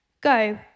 go